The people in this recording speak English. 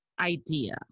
idea